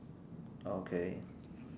okay